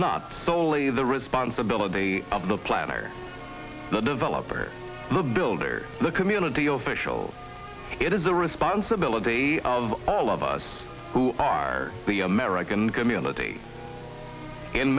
not soley the responsibility of the plan or the developer the builder the community or vishal it is the responsibility of all of us who are the american community in